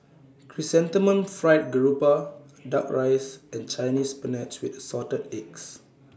Chrysanthemum Fried Garoupa Duck Rice and Chinese Spinach with Assorted Eggs